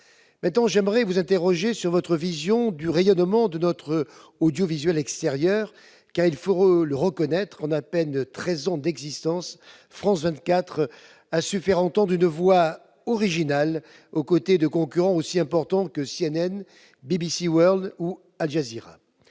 interrogerai ensuite sur votre vision du rayonnement de notre audiovisuel extérieur. Force est de reconnaître que, en à peine treize ans d'existence, France 24 a su faire entendre une voix originale aux côtés de concurrents aussi importants que CNN, BBC World News ou Al Jazeera.